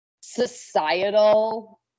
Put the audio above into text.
societal